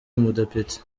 umudepite